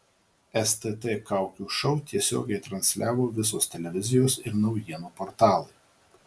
stt kaukių šou tiesiogiai transliavo visos televizijos ir naujienų portalai